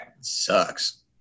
sucks